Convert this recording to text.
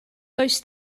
does